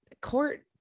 court